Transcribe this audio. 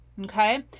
Okay